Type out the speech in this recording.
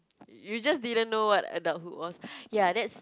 you just didn't know what adulthood was ya that's